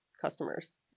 customers